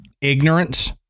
ignorance